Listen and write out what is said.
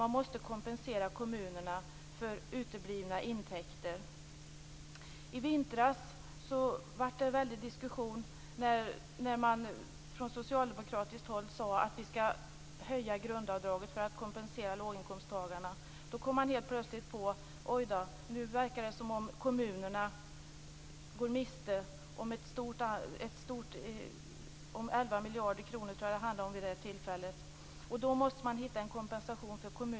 Man måste kompensera kommunerna för uteblivna intäkter. I vintras var det en väldig diskussion när man från socialdemokratiskt håll sade att man skulle höja grundavdraget för att kompensera låginkomsttagarna.